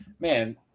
Man